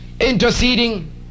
interceding